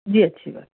جی اچھی بات